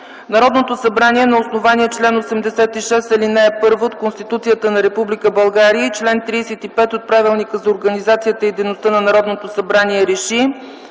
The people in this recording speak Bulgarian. „Народното събрание на основание чл. 86, ал. 1 от Конституцията на Република България и чл. 35 от Правилника за организацията и дейността на Народното събрание РЕШИ: